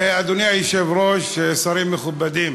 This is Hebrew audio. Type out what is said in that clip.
אדוני היושב-ראש, שרים מכובדים,